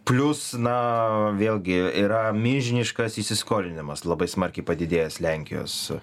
plius na vėlgi yra milžiniškas įsiskolinimas labai smarkiai padidėjęs lenkijos